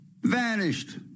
Vanished